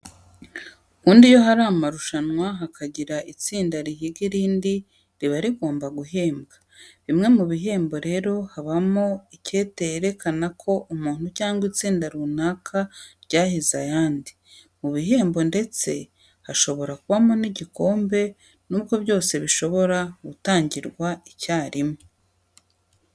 Ubundi iyo hari amarushanwa, hakagira itsinda rihiga irindi riba rigomba guhembwa. Bimwe mu bihembo rero habamo icyete kerekana ko umuntu cyangwa itsinda runaka ryahize ayandi. Mu bihembo ndetse hashobora kubamo n'igikombe nubwo byose bishobora gutangirwa icyarimwe.